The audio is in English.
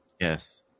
Yes